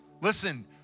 Listen